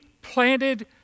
planted